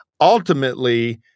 ultimately –